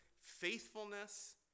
faithfulness